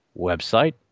website